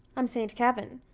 i'm saint kavin,